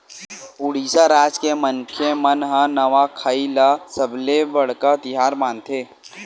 उड़ीसा राज के मनखे मन ह नवाखाई ल सबले बड़का तिहार मानथे